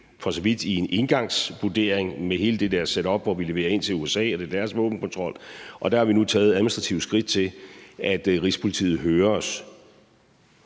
for så vidt er løst i en engangsvurdering med hele det der setup, hvor vi leverer ind til USA, og det er deres våbenkontrol, og hvor vi nu har taget administrative skridt til, at Rigspolitiet hører os.